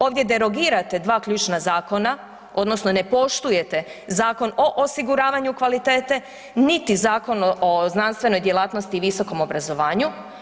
Ovdje derogirate dva ključna zakona, odnosno ne poštujete Zakon o osiguravanju kvalitete niti Zakon o znanstvenoj djelatnosti i visokom obrazovanju.